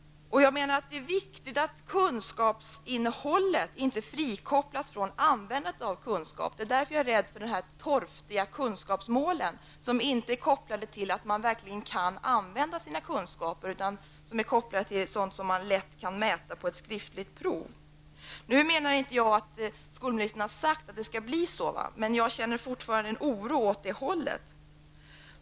Jag menar att det är viktigt att kunskapsinnehållet inte frikopplas från användandet av kunskap. Det är därför jag är rädd för torftiga kunskapsmål som inte är kopplade till att man verkligen kan använda sina kunskaper, utan som är kopplade till sådant som man lätt kan mäta vid ett skriftligt prov. Nu menar inte jag att skolministern har sagt att det skall bli så. Men jag känner fortfarande en oro åt det hållet.